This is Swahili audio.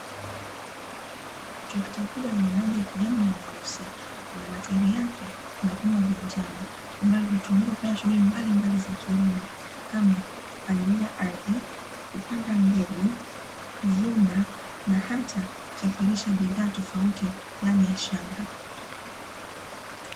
Trekta kubwa lenye rangi ya kijani na nyeusi, na matairi yake kuna vyuma vya njano ambayo hutumika katika kufanya shughuli mbalimbali za kilimo kama kupalilia ardhi, kupanda mbegu, kuvuna na hata kusafirisha bidhaa tofauti ndani ya shamba.